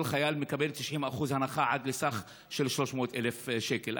כל חייל מקבל 90% הנחה עד סכום של 300,000 שקל.